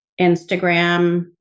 Instagram